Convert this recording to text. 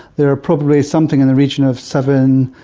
there are probably something in the region of seven